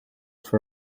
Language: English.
for